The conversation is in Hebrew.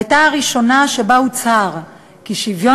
הייתה הראשונה שבה הוצהר כי שוויון